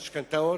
משכנתאות,